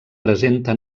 presenta